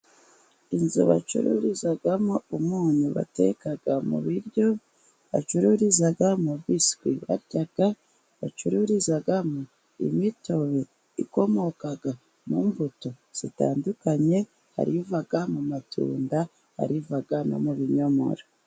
Inzu bacururizamo umunyu bateka mu biryo, bacururizamo biswi barya, bacururizamo imitobe ikomoka mu mbuto zitandukanye: hari iva mu matunda, hari iva no mu binyomoro.